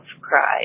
cried